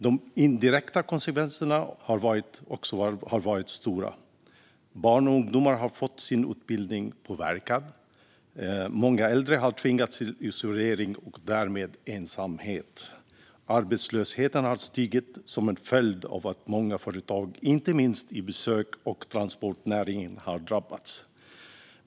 De indirekta konsekvenserna har också varit svåra. Barn och ungdomar har fått sin utbildning påverkad. Många äldre har tvingats till isolering och därmed ensamhet. Arbetslösheten har stigit som en följd av att många företag, inte minst i besöks och transportnäringen, har drabbats.